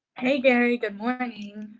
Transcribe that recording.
hey gary. good morning.